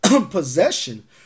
Possession